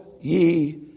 ye